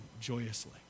joyously